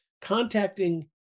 contacting